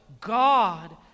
God